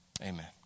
amen